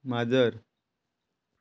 माजर